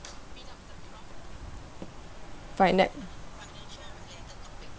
fina~